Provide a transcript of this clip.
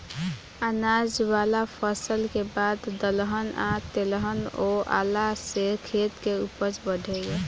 अनाज वाला फसल के बाद दलहन आ तेलहन बोआला से खेत के ऊपज बढ़ेला